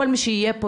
כל מי שיהיה פה,